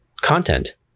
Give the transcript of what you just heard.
content